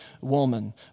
woman